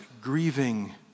grieving